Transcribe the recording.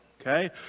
okay